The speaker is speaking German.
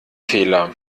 fehler